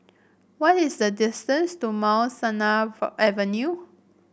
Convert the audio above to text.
what is the distance to Mount Sinai Avenue